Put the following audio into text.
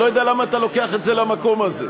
אני לא יודע למה אתה לוקח את זה למקום הזה.